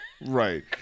Right